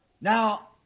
now